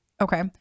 Okay